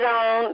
on